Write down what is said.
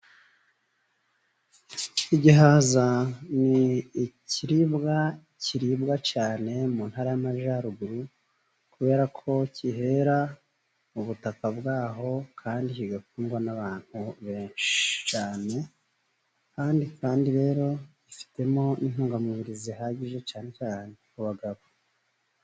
Igihaza ni ikiribwa kiribwa cyane mu Ntara y'Amajyaruguru kubera ko kihera mu butaka bwaho, kandi kigakundwa n'abantu benshi cyane. kandi rero gifite intungamubiri zihagije, cyane cyane ku bagabo.